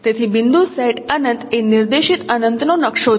તેથી બિંદુ સેટ અનંત એ નિર્દેશિત અનંતનો નકશો છે